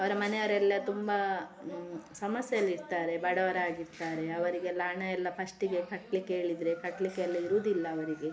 ಅವರ ಮನೆಯವರೆಲ್ಲ ತುಂಬಾ ಸಮಸ್ಯೆಯಲ್ಲಿರ್ತಾರೆ ಬಡವರಾಗಿರ್ತಾರೆ ಅವರಿಗೆಲ್ಲ ಹಣಯೆಲ್ಲ ಫಸ್ಟಿಗೆ ಕಟ್ಟಲಿಕ್ಕೆ ಹೇಳಿದ್ರೆ ಕಟ್ಟಲಿಕ್ಕೆಲ್ಲ ಇರೋದಿಲ್ಲ ಅವರಿಗೆ